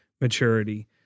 maturity